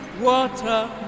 water